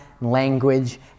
language